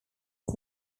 his